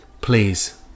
Please